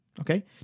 okay